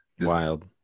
Wild